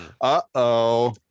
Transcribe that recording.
uh-oh